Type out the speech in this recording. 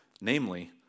Namely